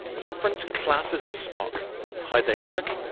different classes of stock how they work,